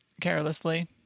carelessly